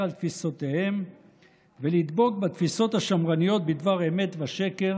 על תפיסותיהם ולדבוק בתפיסות השמרניות בדבר אמת ושקר